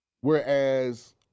Whereas